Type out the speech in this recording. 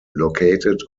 located